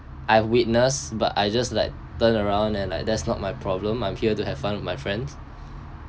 I've witnessed but I just like turn around and like that's not my problem I'm here to have fun with my friends